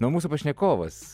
na o mūsų pašnekovas